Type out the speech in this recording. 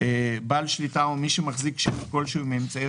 " בעל שליטה או מי שמחזיק שיעור כלשהו מאמצעי